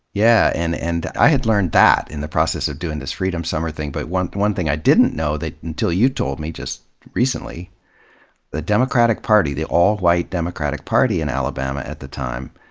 yeah, and and i had learned that in the process of doing this freedom summer thing, but one one thing i didn't know until you told me just recently the democratic party, the all-white democratic party in alabama at the time,